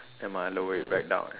nevermind I lower it back down